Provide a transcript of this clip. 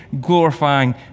glorifying